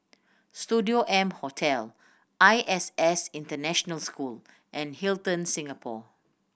Studio M Hotel I S S International School and Hilton Singapore